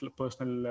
personal